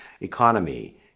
economy